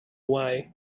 why